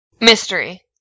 Mystery